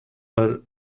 but